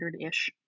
ish